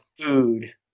food